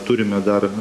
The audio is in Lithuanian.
turime dar